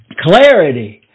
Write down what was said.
Clarity